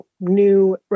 new